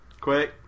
quick